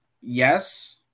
yes